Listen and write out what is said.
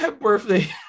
birthday